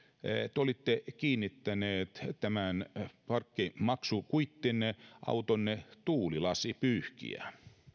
te olitte kiinnittänyt tämän parkkimaksukuittinne autonne tuulilasinpyyhkijään